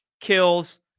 kills